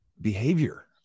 behavior